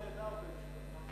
זה נשמע נהדר, בית-שאן.